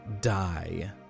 die